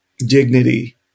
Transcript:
Dignity